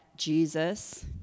Jesus